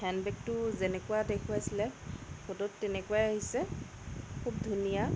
হেণ্ডবেগটো যেনেকুৱা দেখুৱাইছিলে ফটোত তেনেকুৱাই আহিছে খুব ধুনীয়া